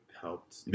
helped